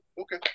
okay